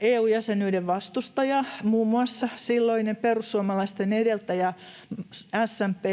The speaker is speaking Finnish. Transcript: EU-jäsenyyden vastustaja, muun muassa silloinen perussuomalaisten edeltäjä SMP,